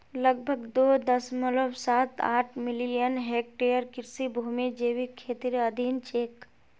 लगभग दो दश्मलव साथ आठ मिलियन हेक्टेयर कृषि भूमि जैविक खेतीर अधीन छेक